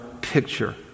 picture